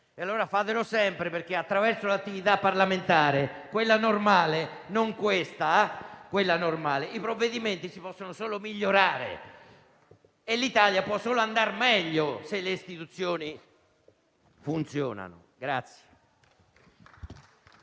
Allora fatelo sempre, perché attraverso l'attività parlamentare - quella normale, non questa - i provvedimenti si possono solo migliorare e l'Italia può solo andar meglio, se le istituzioni funzionano.